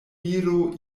viro